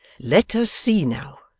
let us see now,